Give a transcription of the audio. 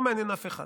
לא מעניין אף אחד.